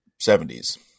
70s